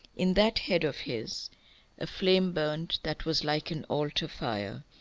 in that head of his a flame burnt that was like an altar-fire,